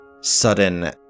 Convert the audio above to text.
sudden